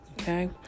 Okay